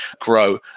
grow